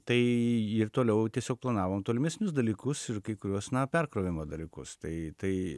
tai ji ir toliau tiesiog planavom tolimesnius dalykus ir kai kuriuos na perkrovimo dalykus tai tai